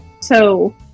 so-